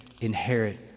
inherit